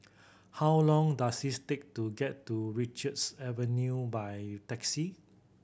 how long does is take to get to Richards Avenue by taxi